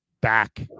back